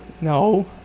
No